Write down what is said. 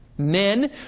men